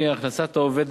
שהיא הכנסת העובד,